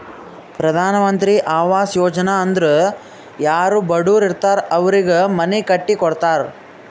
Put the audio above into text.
ಪ್ರಧಾನ್ ಮಂತ್ರಿ ಆವಾಸ್ ಯೋಜನಾ ಅಂದುರ್ ಯಾರೂ ಬಡುರ್ ಇರ್ತಾರ್ ಅವ್ರಿಗ ಮನಿ ಕಟ್ಟಿ ಕೊಡ್ತಾರ್